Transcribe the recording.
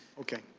okay,